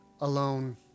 alone